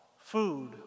food